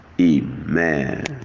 amen